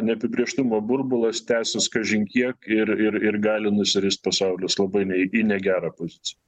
neapibrėžtumo burbulas tęsis kažin kiek ir ir ir gali nusirist pasaulis labai nei į negerą poziciją